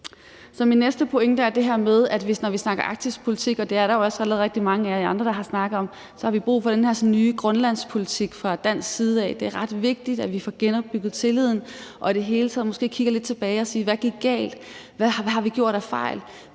Min næste pointe er det her med, at når vi snakker arktisk politik, og det er der rigtig mange af jer andre der også har nævnt, så har vi brug for den her sådan nye Grønlandspolitik fra dansk side. Det er ret vigtigt, at vi får genopbygget tilliden og i det hele taget måske kigger lidt tilbage og siger: Hvad gik galt? Hvad har vi begået af fejl,